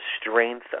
strength